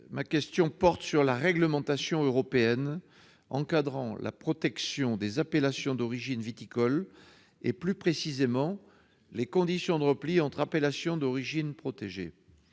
ma question porte sur la réglementation européenne encadrant la protection des appellations d'origine viticoles, et plus précisément les conditions de repli entre appellations d'origine protégée,